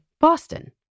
Boston